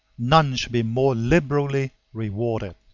none should be more liberally rewarded.